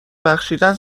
بخشیدن